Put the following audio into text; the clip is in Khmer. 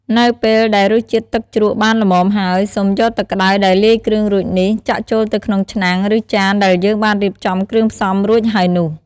នៅពេលដែលរសជាតិទឹកជ្រក់បានល្មមហើយ សូមយកទឹកក្តៅដែលលាយគ្រឿងរួចនេះ ចាក់ចូលទៅក្នុងឆ្នាំង ឬចានដែលយើងបានរៀបចំគ្រឿងផ្សំរួចហើយនោះ។